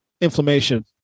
inflammation